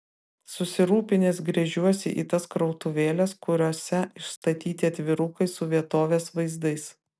susirūpinęs gręžiuosi į tas krautuvėles kuriose išstatyti atvirukai su vietovės vaizdais